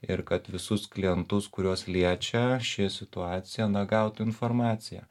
ir kad visus klientus kuriuos liečia ši situacija na gautų informaciją